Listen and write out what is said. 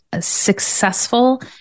successful